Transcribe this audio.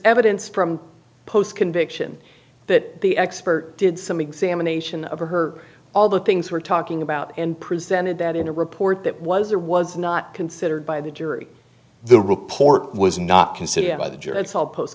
evidence from post conviction that the expert did some examination of her all the things we're talking about and presented that in a report that was or was not considered by the jury the report was not considered by the jets all post